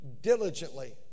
diligently